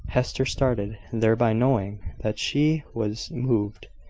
hester started, thereby showing that she was moved.